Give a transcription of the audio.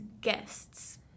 guests